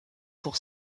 pour